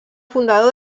fundador